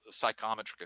psychometric